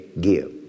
give